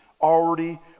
already